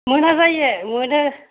मोनाजायो मोनो